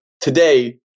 today